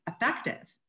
effective